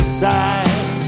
side